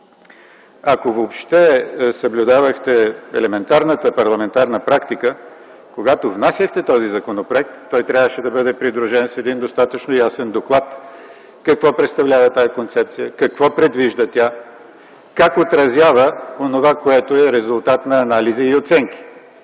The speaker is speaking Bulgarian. Ако въобще съблюдавахте елементарната парламентарна практика, когато внасяхте този законопроект, той трябваше да бъде придружен с един достатъчно ясен доклад какво представлява тази концепция, какво предвижда тя, как отразява онова, което е резултат на анализи и оценки.